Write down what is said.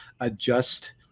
adjust